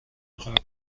irak